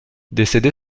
décédé